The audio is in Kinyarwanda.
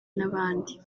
n’abandi